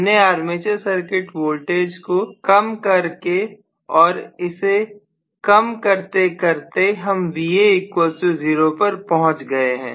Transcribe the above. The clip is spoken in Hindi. हमने आर्मेचर सर्किट वोल्टेज को कम कर रहे हैं और इसे कम करते करते हम Va0 पर पहुंच गए हैं